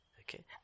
Okay